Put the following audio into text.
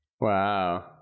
Wow